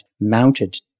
mounted